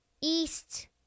East